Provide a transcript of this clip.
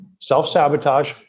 self-sabotage